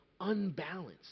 unbalanced